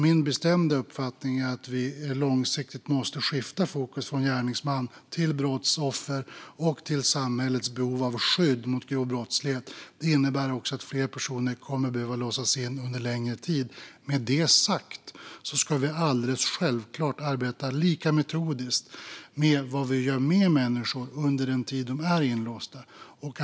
Min bestämda uppfattning är att vi långsiktigt måste skifta fokus från gärningsman till brottsoffer och till samhällets behov av skydd mot grov brottslighet. Det innebär också att fler personer kommer att behöva låsas in under längre tid. Med detta sagt ska vi alldeles självklart arbeta lika metodiskt när det gäller vad vi gör med människor under den tid de är inlåsta.